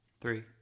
three